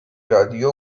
رادیو